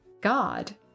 God